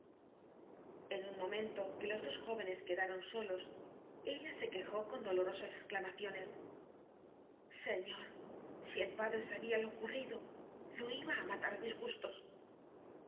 en un momento que los dos jó venes quedaron solos ella se quejó con dclorosaa bulsoo báns exclamaciones señor si el padre sabía lo ocoirridol lo iba á matar